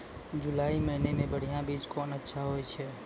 जुलाई महीने मे बढ़िया बीज कौन अच्छा होय छै?